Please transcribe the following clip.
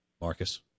Marcus